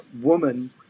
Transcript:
woman